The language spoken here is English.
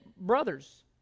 brothers